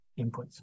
inputs